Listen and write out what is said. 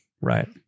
Right